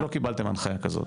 עוד לא קיבלתם הנחיה כזאת?